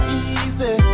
easy